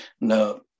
no